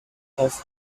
off